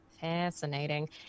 fascinating